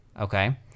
okay